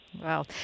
Wow